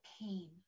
pain